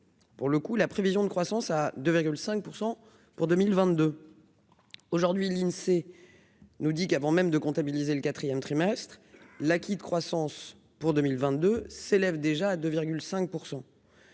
pour le coup, la prévision de croissance à 2,5 % pour 2022 aujourd'hui l'Insee nous dit qu'avant même de comptabiliser le quatrième trimestre, l'acquis de croissance pour 2022 s'élève déjà à 2,5